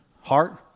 heart